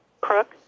Crook